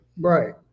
Right